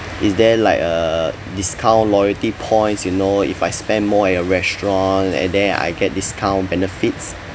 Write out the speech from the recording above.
is there like a discount loyalty points you know if I spend more at your restaurant at then uh I get discount benefits